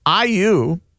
IU –